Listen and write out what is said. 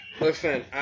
Listen